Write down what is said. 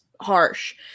harsh